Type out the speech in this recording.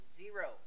zero